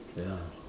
ya